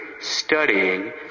studying